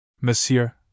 Monsieur